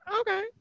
okay